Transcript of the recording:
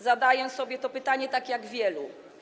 Zadaję sobie to pytanie, tak jak wielu.